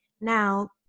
Now